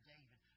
David